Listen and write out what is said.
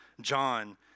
John